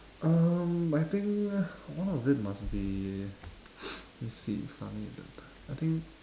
um I think one of it must be let me see funny at that time I think